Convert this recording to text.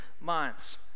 months